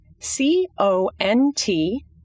c-o-n-t